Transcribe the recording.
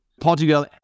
Portugal